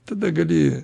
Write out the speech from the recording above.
tada gali